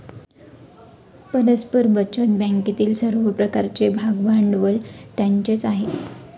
परस्पर बचत बँकेतील सर्व प्रकारचे भागभांडवल त्यांचेच आहे